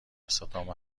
استخدام